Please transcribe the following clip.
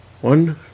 One